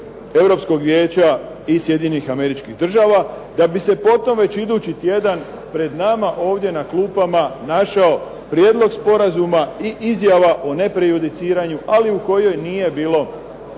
Europskog Vijeća i Sjedinjenih Američkih Država, da bi se po tom već idući tjedan pred nama ovdje na klupama našao prijedlog sporazuma i izjava o neprejudiciranju, ali u kojoj nije bilo